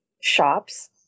shops